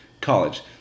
college